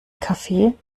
kaffee